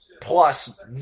plus